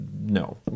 No